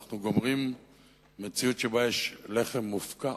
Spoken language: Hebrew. אנחנו גומרים מציאות שבה יש לחם מופקע,